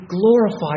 glorified